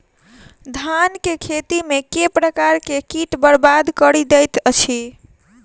धान केँ खेती मे केँ प्रकार केँ कीट बरबाद कड़ी दैत अछि?